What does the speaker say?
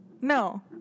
No